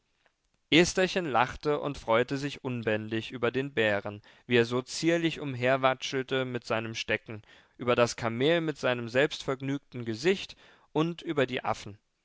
estherchen lachte und freute sich unbändig über den bären wie er so zierlich umherwatschelte mit seinem stecken über das kamel mit seinem selbstvergnügten gesicht und über die affen